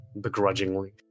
begrudgingly